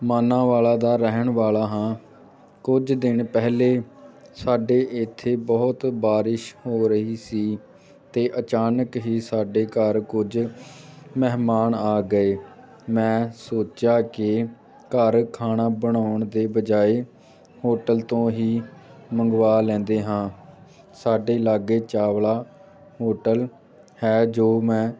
ਮਾਨਾਂਵਾਲਾ ਦਾ ਰਹਿਣ ਵਾਲਾ ਹਾਂ ਕੁੱਝ ਦਿਨ ਪਹਿਲਾਂ ਸਾਡੇ ਇੱਥੇ ਬਹੁਤ ਬਾਰਿਸ਼ ਹੋ ਰਹੀ ਸੀ ਅਤੇ ਅਚਾਨਕ ਹੀ ਸਾਡੇ ਘਰ ਕੁੱਝ ਮਹਿਮਾਨ ਆ ਗਏ ਮੈਂ ਸੋਚਿਆ ਕਿ ਘਰ ਖਾਣਾ ਬਣਾਉਣ ਦੇ ਬਜਾਏ ਹੋਟਲ ਤੋਂ ਹੀ ਮੰਗਵਾ ਲੈਂਦੇ ਹਾਂ ਸਾਡੇ ਲਾਗੇ ਚਾਵਲਾ ਹੋਟਲ ਹੈ ਜੋ ਮੈਂ